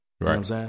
Right